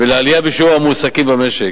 ולעלייה בשיעור המועסקים במשק.